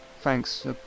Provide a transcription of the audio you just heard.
thanks